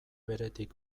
beretik